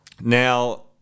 now